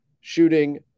shooting